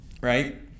right